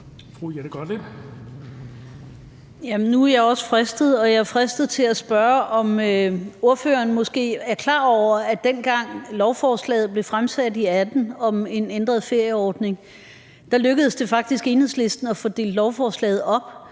Nu er jeg også fristet, og jeg er fristet til at spørge, om ordføreren måske er klar over, at dengang lovforslaget om en ændret ferieordning blev fremsat i 2018, lykkedes det faktisk Enhedslisten at få delt lovforslaget op.